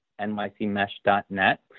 nycmesh.net